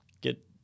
get